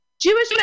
Jewish